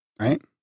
Right